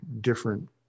different